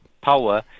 power